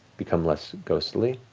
become less ghostly.